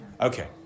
Okay